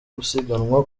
gusiganwa